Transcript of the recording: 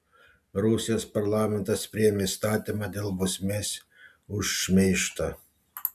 rusijos parlamentas priėmė įstatymą dėl bausmės už šmeižtą